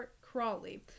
Crawley